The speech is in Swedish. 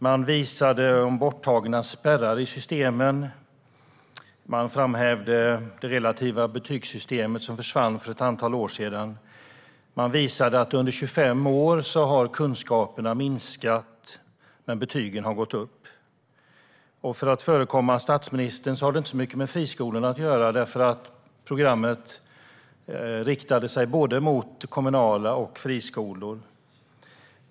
Man visade på borttagna spärrar i systemen, och man framhävde det relativa betygssystemet, som försvann för ett antal år sedan. Man visade att under 25 år har kunskaperna minskat men betygen gått upp. För att förekomma statsministern har detta inte så mycket med friskolorna att göra. Programmet riktade sig mot både kommunala skolor och friskolor.